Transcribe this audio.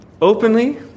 openly